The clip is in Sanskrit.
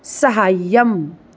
साहाय्यम्